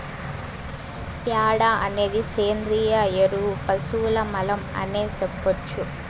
ప్యాడ అనేది సేంద్రియ ఎరువు పశువుల మలం అనే సెప్పొచ్చు